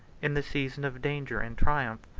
in the season of danger and triumph,